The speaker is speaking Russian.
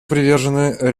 привержены